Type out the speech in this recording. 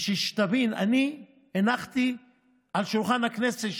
שתבין: אני הנחתי על שולחן הכנסת,